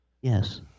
Yes